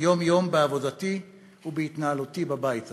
יום-יום בעבודתי ובהתנהלותי בבית הזה.